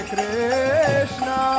Krishna